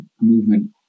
movement